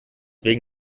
wegen